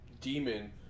demon